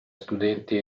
studenti